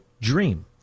dream